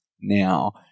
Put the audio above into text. now